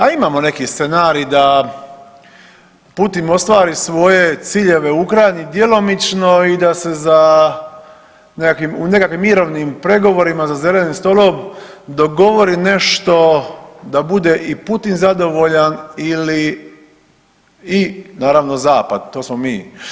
A imao neki scenarij da Putin ostvari svoje ciljeve u Ukrajini djelomično i da se za nekakvim mirovnim pregovorima za zelenim stolom dogovori nešto da bude i Putin zadovoljan ili, i naravno, Zapad, to smo mi.